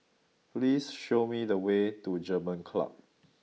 please show me the way to German Club